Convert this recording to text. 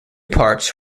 parts